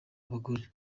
abagore